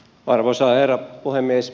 arvoisa herra puhemies